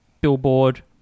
billboard